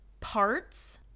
parts